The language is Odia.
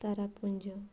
ତାରା ପୁଞ୍ଜ